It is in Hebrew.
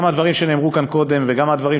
גם מהדברים שנאמרו כאן קודם וגם מהדברים